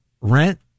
rent